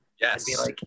yes